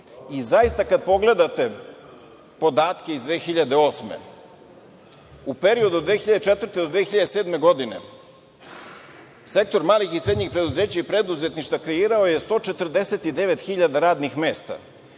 kada pogledate podatke iz 2008. godine, u periodu od 2004. do 2007. godine, sektor malih i srednjih preduzeća i preduzetništva kreirao je 149.000 radnih mesta,